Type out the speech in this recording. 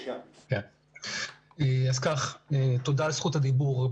תודה על זכות הדיבור.